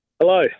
Hello